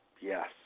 yes